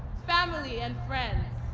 family, and friends.